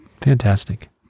Fantastic